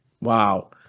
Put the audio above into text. wow